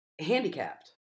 handicapped